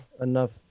enough